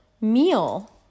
meal